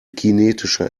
kinetischer